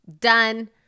Done